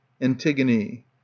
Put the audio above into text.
Antigone